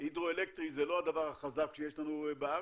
הידרואלקטרי זה לא הדבר החזק שיש לנו בארץ,